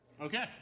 Okay